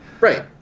right